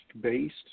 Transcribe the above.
based